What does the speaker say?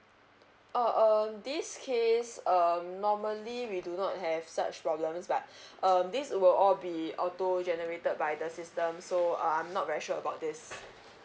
oh um this case um normally we do not have such problems like um this will all be auto generated by the system so uh I'm not very sure about this